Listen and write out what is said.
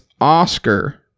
oscar